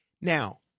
Now